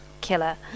killer